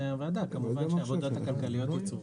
הוועדה כמובן שהעבודות הכלכליות יצורפו.